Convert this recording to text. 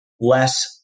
less